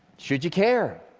should you care?